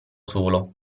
solo